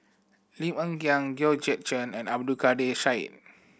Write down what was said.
Lim Hng Kiang Georgette Chen and Abdul Kadir Syed